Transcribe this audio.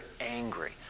angry